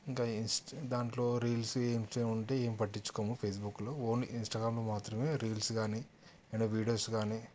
ఇంకా దాంట్లో రీల్స్ ఏం ఉంటే ఏం పట్టించుకోము ఫేస్బుక్లో ఓన్లీ ఇన్స్టాగ్రామ్లో మాత్రమే రీల్స్ కానీ ఏవైనా వీడియోస్ కానీ